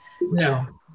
no